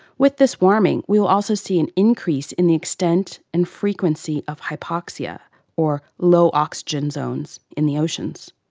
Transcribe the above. with this warming, we will also see an increase in the extent and frequency of hypoxia or low oxygen zones in the oceans.